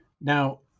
Now